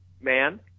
man